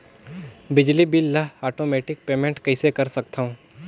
बिजली बिल ल automatic payment कइसे कर सकथव?